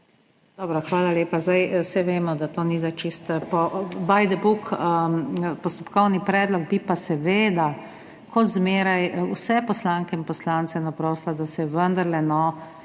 hvala lepa. Zdaj, saj vemo, da to ni zdaj čisto "by the book" postopkovni predlog, bi pa seveda, kot zmeraj vse poslanke in poslance naprosila, da se vendarle,